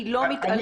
אני לא מתעלמת,